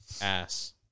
Ass